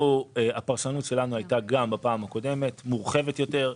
הפרשנות שלנו הייתה גם בפעם הקודמת מורחבת יותר.